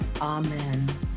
Amen